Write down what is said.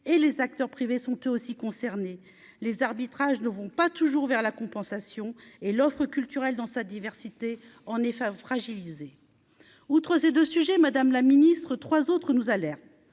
et les acteurs privés sont eux aussi concernés les arbitrages ne vont pas toujours vers la compensation et l'offre culturelle dans sa diversité en effet fragilisé, outre ces 2 sujets, Madame la Ministre, 3 autres nous air